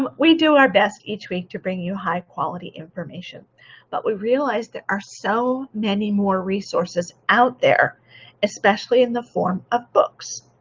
um we do our best each week to bring you high quality information but we realize there are so many more resources out there especially in the form of books.